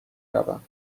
روم